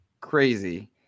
crazy